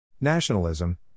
Nationalism